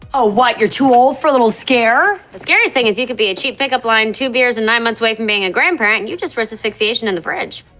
oh what, you're too old for a little scare? scariest thing is, you could be a cheap pickup line, two beers, and nine months away from being a grandparent, and you just risked asphyxiation in the fridge.